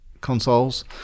consoles